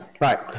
Right